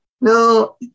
no